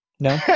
No